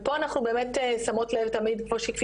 ופה אנחנו באמת שמות לב תמיד שכפי